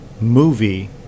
movie